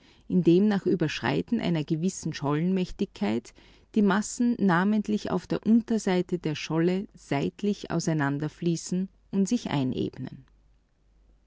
indem nach überschreiten einer gewissen schollenmächtigkeit die massen namentlich auf der unterseite der scholle seitlich auseinanderfließen und sich einebnen